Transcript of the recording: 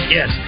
Yes